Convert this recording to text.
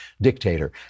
dictator